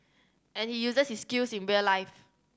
and he uses his skills in real life